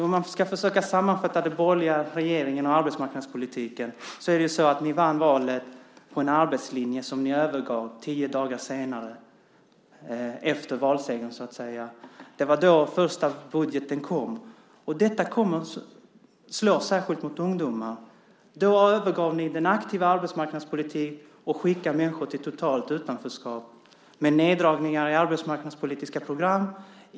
Om jag ska försöka sammanfatta den borgerliga regeringens arbetsmarknadspolitik vann ni valet på en arbetslinje som ni övergav tio dagar senare, efter valsegern, då den första budgeten kom. Detta kommer att slå särskilt mot ungdomar. Då övergav ni den aktiva arbetsmarknadspolitiken. Ni skickar människor till totalt utanförskap med neddragningar i arbetsmarknadspolitiska program.